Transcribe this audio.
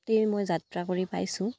গোটেই মই যাত্ৰা কৰি পাইছোঁ